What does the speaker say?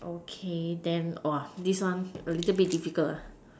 okay then this one a little bit difficult